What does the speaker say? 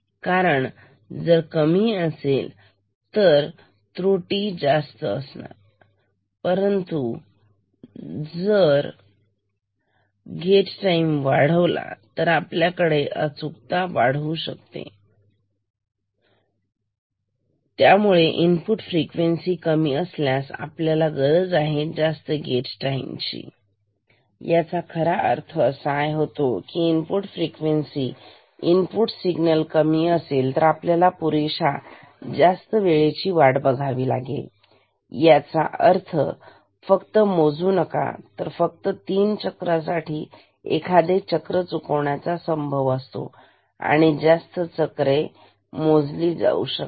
कारण जर कमी असेल तर त्रुटी जास्त असणार परंतु जर गेट टाईम वाढवला तर आपण अचूकता वाढवू शकतो तर त्यामुळे इनपुट फ्रिक्वेन्सी कमी असल्यास आपल्याला गरज आहे जास्त गेट टाईम ची याचा खरा अर्थ असा होतो इनपुट फ्रिक्वेन्सी इनपुट सिग्नल कमी असेल तर आपल्याला पुरेशा जास्त वेळेची वाट बघावी लागेल याचा अर्थ फक्त मोजू नका तर फक्त तीन चक्र साठी एखादे चक्र चुकण्याचा संभव असतो किंवा जास्त चक्र मोजले जाऊ शकते